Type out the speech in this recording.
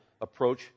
approach